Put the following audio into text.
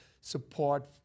support